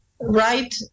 right